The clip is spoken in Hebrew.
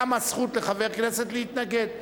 קמה זכות לחבר כנסת להתנגד,